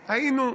היינו.